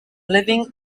living